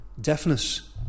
deafness